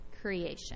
creation